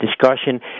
discussion